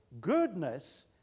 goodness